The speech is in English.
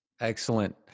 Excellent